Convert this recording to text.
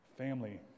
family